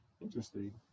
Interesting